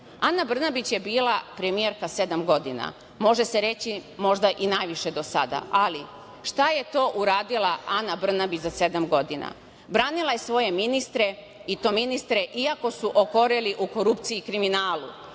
Brnabić je bila premijerka sedam godina. Može se reći možda i najviše do sada, ali šta je to uradila Ana Brnabić za sedam godina? Branila je svoje ministre i to ministre iako su okoreli u korupciji i kriminalu.